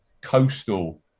coastal